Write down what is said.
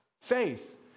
Faith